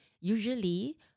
usually